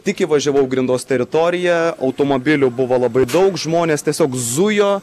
tik įvažiavau į grindos teritoriją automobilių buvo labai daug žmonės tiesiog zujo